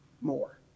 more